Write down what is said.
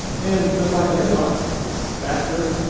and just like the inbox, it's faster,